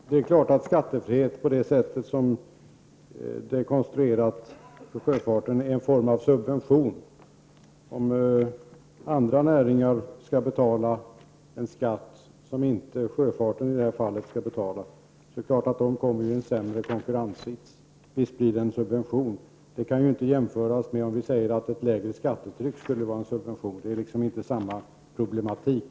Herr talman! Det är klart att skattefrihet på det sätt som den är konstruerad för sjöfarten är en form av subvention. Om andra näringar skall betala en skatt, som i det här fallet sjöfarten inte skall betala, är det klart att de kommer i en sämre konkurrenssits. Visst blir det en subvention. Detta kan inte jämföras med att säga att ett lägre skattetryck skulle vara en subvention, för det är inte samma problematik.